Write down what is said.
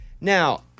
now